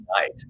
night